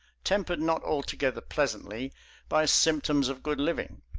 tempered not altogether pleasantly by symptoms of good living.